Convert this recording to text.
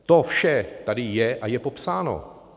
To vše tady je a je popsáno.